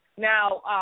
Now